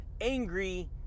angry